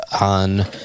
on